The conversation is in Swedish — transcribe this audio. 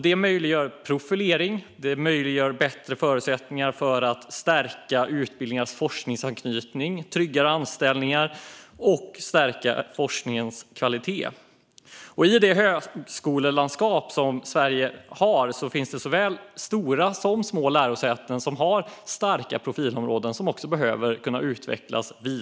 Detta möjliggör profilering, ger bättre förutsättningar att stärka utbildningars forskningsanknytning, ökar möjligheten till trygga anställningar och stärker forskningens kvalitet. I det högskolelandskap Sverige har finns såväl stora som små lärosäten med starka profilområden som behöver kunna utvecklas.